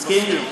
מסכים?